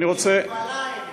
דברי נבלה האלה.